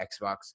Xbox